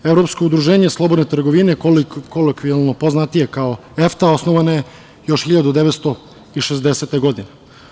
Evropsko udruženje slobodne trgovine, kolokvijalno poznatijeg kao EFTA, osnovano je još 1960. godine.